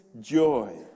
joy